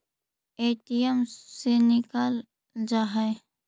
ATM से निकल जा है?